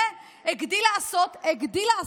אין מחלוקת.